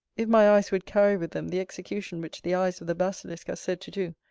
if my eyes would carry with them the execution which the eyes of the basilisk are said to do,